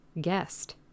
guest